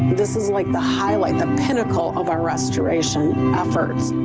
this is like the highlight, the pinnacle of our restoration efforts.